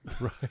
Right